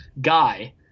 guy